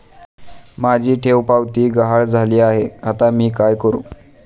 माझी ठेवपावती गहाळ झाली आहे, आता मी काय करु?